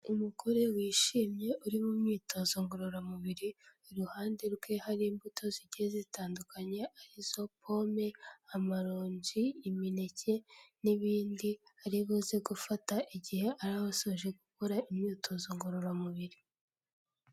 Umugore wishimye uri mu myitozo ngororamubiri, iruhande rwe hari imbuto zigiye zitandukanye arizo pome, amaronji, imineke n'ibindi, aribuze gufata igihe araba asoje gukora imyitozo ngororamubiri.